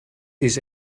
this